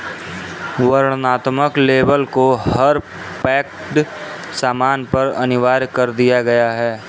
वर्णनात्मक लेबल को हर पैक्ड सामान पर अनिवार्य कर दिया गया है